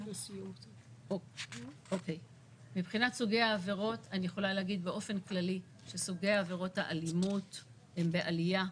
אני יכולה להגיד באופן כללי שסוגי עבירות האלימות הם בעלייה.